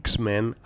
X-Men